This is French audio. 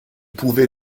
pouvez